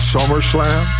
Summerslam